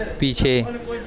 ਪਿੱਛੇ